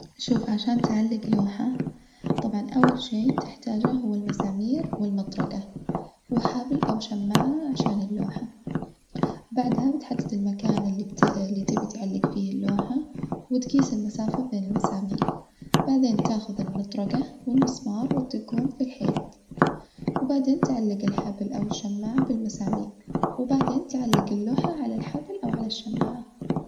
شوف عشان تعلج لوحة طبعًا أول شي تحتاجه هو المسامير والمطرجة، وحبل أو شماعة عشان اللوحة بعدها بتحدد المكان اللي بت اللي تبي تعلج فيه اللوحة وتجيس المسافة بين المسامير، بعدين تأخذ المطرجة والمسمار وتدجهم في الحيط، وبعدين تعلج الحبل أو الشماعة بالمسامير، وبعدين تعلج اللوحة على الحبل أو على الشماعة.